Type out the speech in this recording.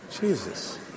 Jesus